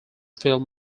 film